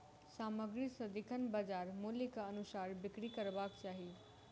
सामग्री सदिखन बजार मूल्यक अनुसार बिक्री करबाक चाही